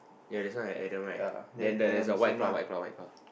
ya this one at Adam right then there's the white cloth white cloth white cloth